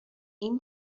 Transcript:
این